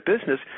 business